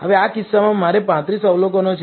હવે આ કિસ્સામાં મારે 35 અવલોકનો છે